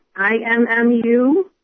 IMMU